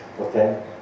okay